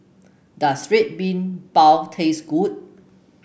does Red Bean Bao taste good